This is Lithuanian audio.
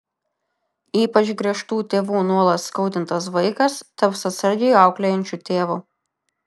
ypač griežtų tėvų nuolat skaudintas vaikas taps atsargiai auklėjančiu tėvu